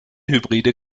hybride